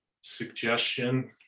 suggestion